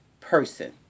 person